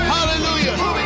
Hallelujah